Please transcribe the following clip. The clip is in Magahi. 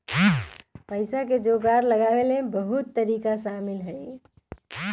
पइसा के जोगार लगाबे के लेल बहुते तरिका शामिल हइ